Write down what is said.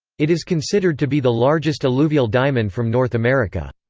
it is considered to be the largest alluvial diamond from north america.